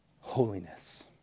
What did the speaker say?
Holiness